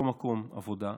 באותו מקום עבודה.